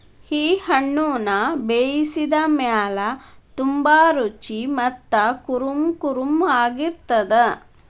ಈ ಹಣ್ಣುನ ಬೇಯಿಸಿದ ಮೇಲ ತುಂಬಾ ರುಚಿ ಮತ್ತ ಕುರುಂಕುರುಂ ಆಗಿರತ್ತದ